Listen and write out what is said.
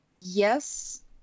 yes